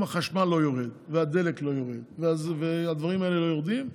אם החשמל לא יורד והדלק לא יורד והדברים האלה לא יורדים,